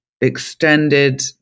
extended